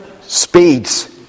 speeds